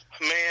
Man